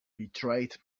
betrayed